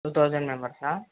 two thousand మెంబర్సా